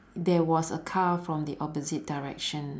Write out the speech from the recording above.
there was a car from the opposite direction